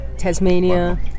Tasmania